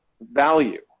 value